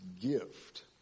gift